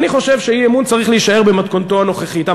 אני חושב שאי-אמון צריך להישאר במתכונתו הנוכחית.